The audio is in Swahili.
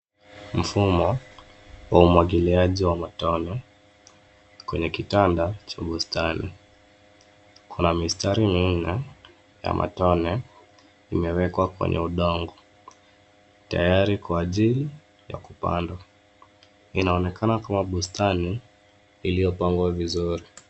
Mfumo wa umwagiliaji wa matone kwenye kitanda cha bustani. Kuna mistari minne ya matone imewekwa kwenye udongo tayari kwa ajili ya kupandwa. Inaonekana kuwa bustani iliyopangwa vizuri.